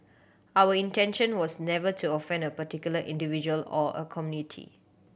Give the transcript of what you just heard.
our intention was never to offend a particular individual or a community